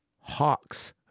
Hawks